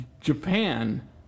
Japan